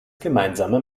gemeinsame